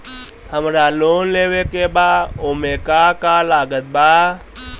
हमरा लोन लेवे के बा ओमे का का लागत बा?